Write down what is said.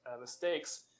mistakes